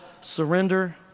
surrender